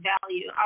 value